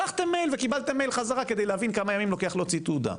שלחתם מייל וקיבלתם מייל חזרה כדי להבין כמה ימים לוקח להוציא תעודה.